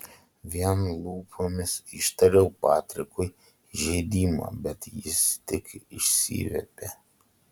vien lūpomis ištariau patrikui įžeidimą bet jis tik išsiviepė